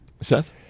Seth